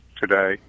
today